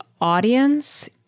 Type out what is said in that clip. audience